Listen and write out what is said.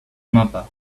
mapa